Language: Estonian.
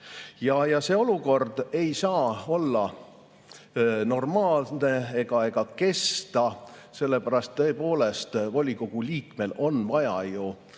See olukord ei saa olla normaalne ega kesta. Sellepärast, et tõepoolest, volikogu liikmel on vaja ju